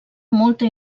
molta